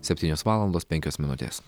septynios valandos penkios minutės